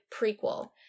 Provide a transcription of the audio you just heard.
prequel